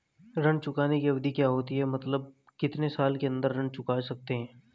ऋण चुकाने की अवधि क्या होती है मतलब कितने साल के अंदर ऋण चुका सकते हैं?